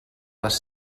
les